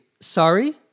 sorry